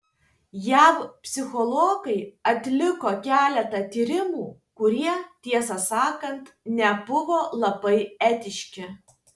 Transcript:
jav psichologai atliko keletą tyrimų kurie tiesą sakant nebuvo labai etiški